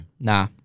Nah